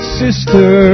sister